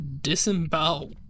disembowel